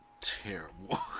terrible